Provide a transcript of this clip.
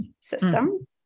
system